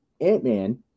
Ant-Man